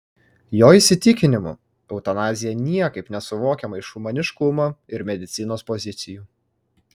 jo įsitikinimu eutanazija niekaip nesuvokiama iš humaniškumo ir medicinos pozicijų